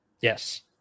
Yes